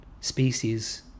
species